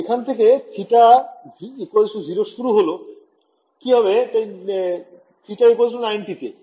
এখান থেকে θ 0 শুরু হল কি হবে θ 900 তে